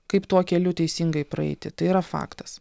kaip tuo keliu teisingai praeiti tai yra faktas